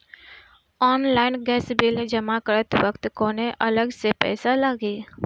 Online gas bill जमा करत वक्त कौने अलग से पईसा लागी?